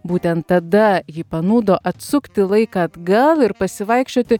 būtent tada ji panūdo atsukti laiką atgal ir pasivaikščioti